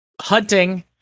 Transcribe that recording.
hunting